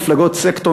מפלגות סקטור,